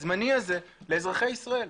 הזמני הזה, לאזרחי ישראל.